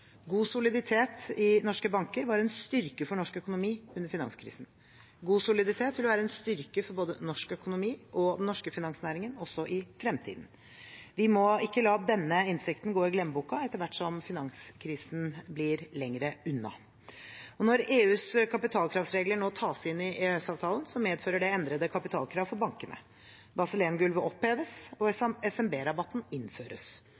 God soliditet i norske banker var en styrke for norsk økonomi under finanskrisen. God soliditet vil være en styrke for både norsk økonomi og den norske finansnæringen også i fremtiden. Vi må ikke la denne innsikten gå i glemmeboken etter hvert som finanskrisen blir lenger unna. Når EUs kapitalkravregler nå tas inn i EØS-avtalen, medfører det endrede kapitalkrav for bankene. Basel I-gulvet oppheves, og SMB-rabatten innføres.